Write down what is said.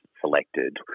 selected